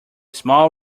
small